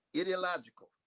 Ideological